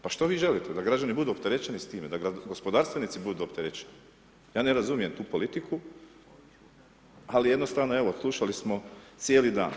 Pa, što vi želite da građani budu opterećeni s time da gospodarstvenici budu opterećeni, ja ne razumijem tu politiku ali jednostavno evo slušali smo cijeli dan.